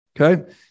Okay